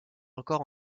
encore